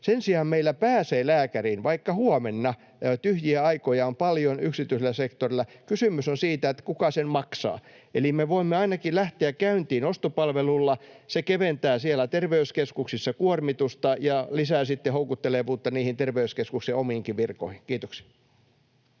Sen sijaan meillä pääsee lääkäriin vaikka huomenna. Tyhjiä aikoja on paljon yksityisellä sektorilla. Kysymys on siitä, kuka sen maksaa. Eli me voimme ainakin lähteä käyntiin ostopalvelulla. Se keventää siellä terveyskeskuksissa kuormitusta ja lisää sitten houkuttelevuutta niihin terveyskeskuksen omiinkin virkoihin. — Kiitoksia.